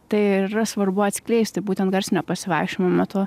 tai ir yra svarbu atskleisti būtent garsinio pasivaikščiojimo metu